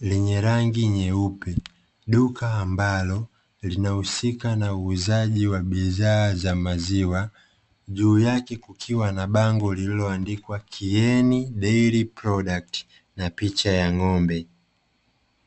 lenye rangi nyeupe, duka ambalo linahusika na uuzaji wa bidhaa za maziwa juu yake kukiwa na bango lililoandikwa "KIENI DAIRY PRODUCTS" na picha ya ng'ombe.